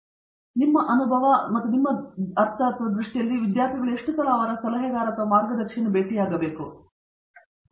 ಈ ಸಂದರ್ಭದಲ್ಲಿ ನಾನು ನಿಮ್ಮ ಅನುಭವ ಮತ್ತು ನಿಮ್ಮ ದೃಷ್ಟಿಯಲ್ಲಿ ಅರ್ಥ ವಿದ್ಯಾರ್ಥಿಗಳು ಎಷ್ಟು ಸಲ ಅವರ ಸಲಹೆಗಾರ ಅಥವಾ ಮಾರ್ಗದರ್ಶಿಯನ್ನು ಭೇಟಿಯಾಗಬೇಕು ಮತ್ತು ಅದು ನಾಟಕದಲ್ಲಿ ಹೊರಬರಲು ಹೇಗೆ ತಿಳಿಯುತ್ತದೆ